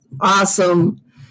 Awesome